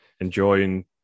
Enjoying